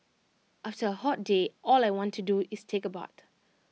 after A hot day all I want to do is take A bath